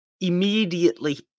immediately